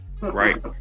right